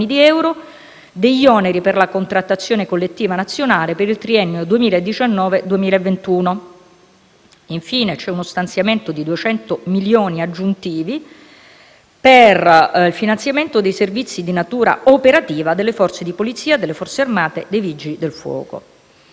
di euro e degli oneri per la contrattazione collettiva nazionale per il triennio 2019-2021. Infine, c'è uno stanziamento di 200 milioni aggiuntivi per il finanziamento dei servizi di natura operativa delle Forze di polizia, delle Forze armate e dei Vigili del fuoco.